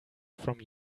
from